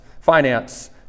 finance